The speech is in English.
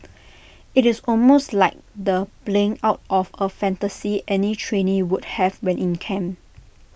IT is almost like the playing out of A fantasy any trainee would have when in camp